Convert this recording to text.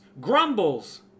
grumbles